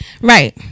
Right